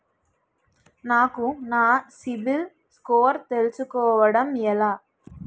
నాకు నా సిబిల్ స్కోర్ తెలుసుకోవడం ఎలా?